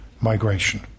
migration